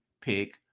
Pick